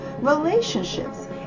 relationships